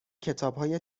کتابهای